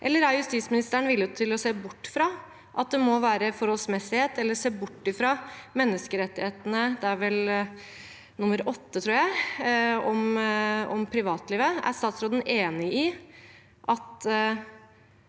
eller er justisministeren villig til å se bort fra at det må være forholdsmessighet, eller se bort fra menneskerettighetene – det er vel nr. 8, tror jeg – om privatlivet? Er statsråden enig i at